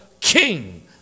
king